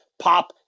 pop